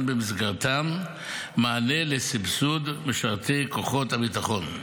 במסגרתם מענה לסבסוד למשרתי כוחות הביטחון,